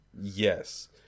yes